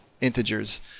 integers